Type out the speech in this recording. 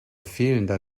fehlender